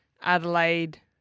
Adelaide